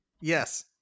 yes